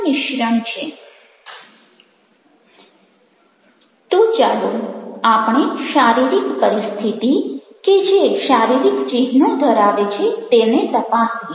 તો ચાલો આપણે શારીરિક પરિસ્થિતિ કે જે શારીરિક ચિહ્નો ધરાવે છે તેને તપાસીએ